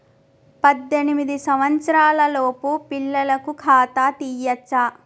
పద్దెనిమిది సంవత్సరాలలోపు పిల్లలకు ఖాతా తీయచ్చా?